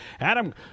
Adam